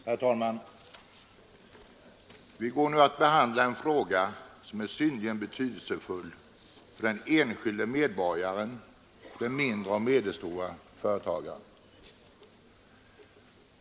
Herr talman! Vi går nu att behandla en fråga som är synnerligen betydelsefull för den enskilde medborgaren och den mindre och medelstore företagaren.